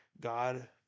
God